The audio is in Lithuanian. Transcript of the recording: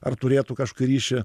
ar turėtų kažkokį ryšį